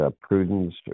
prudence